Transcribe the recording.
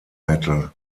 metal